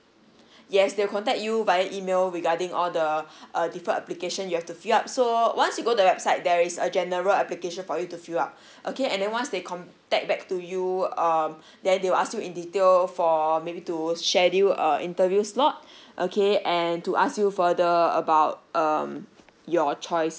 yes they'll contact you via email regarding all the uh defer application you have to fill up so once you go the website there is a general application for you to fill up okay and then once they contact back to you um then they will ask you in detail for maybe to schedule a interviews slot okay and to ask you further about um your choice